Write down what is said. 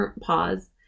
pause